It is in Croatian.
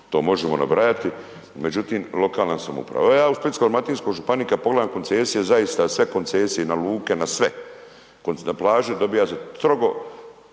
to možemo nabrajati, međutim lokalna samouprava, evo ja u Splitsko-dalmatinskoj županiji kada pogledam koncesije, zaista sve koncesije i na luke i na sve, na plaži dobiva za strogo,